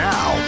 Now